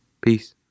Peace